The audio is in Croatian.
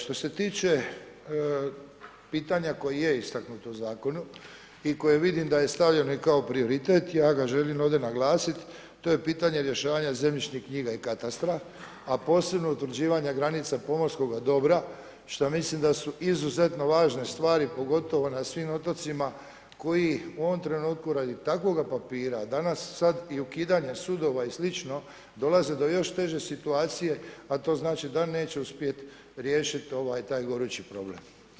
Što se tiče pitanja koje je istaknuto u zakonu i koje vidim da je stavljeno i kao prioritet, ja ga želim ovdje naglasiti, to je pitanje rješavanja zemljišnih knjiga i katastra a posebno utvrđivanja granica pomorskoga dobra šta mislim da su izuzetno važne stvari pogotovo na svim otocima koji u ovom trenutku radi takvog papira, danas, sad i ukidanje sudova i sl., dolaze do još teže situacije a to znači da neće uspjeti riješiti taj gorući problem.